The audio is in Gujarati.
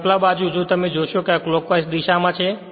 અને આ ઉપલા બાજુ જો તમે જોશો કે આ ક્લોક્વાઇસ દિશામાં છે